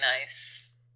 nice